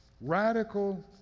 Radical